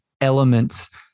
elements